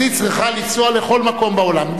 אז היא צריכה לנסוע לכל מקום בעולם.